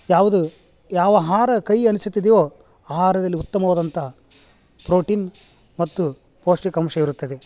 ಯಾವುದು ಯಾವ ಆಹಾರ ಕಹಿ ಅನಿಸುತ್ತಿದೆಯೋ ಆ ಆಹಾರದಲ್ಲಿ ಉತ್ತಮವಾದಂಥ ಪ್ರೋಟೀನ್ ಮತ್ತು ಪೌಷ್ಟಿಕಾಂಶ ಇರುತ್ತದೆ